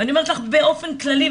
ואני אומרת לך באופן כללי,